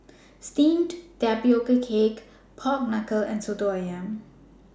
Steamed Tapioca Cake Pork Knuckle and Soto Ayam